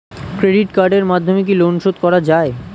Credit কার্ডের মাধ্যমে কি লোন শোধ করা যায়?